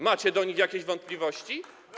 Macie co do nich jakieś wątpliwości?